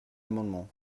amendement